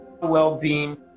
well-being